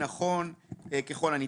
ככל הניתן.